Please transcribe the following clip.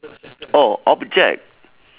oh object